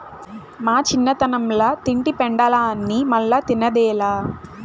మా చిన్నతనంల తింటి పెండలాన్ని మల్లా తిన్నదేలా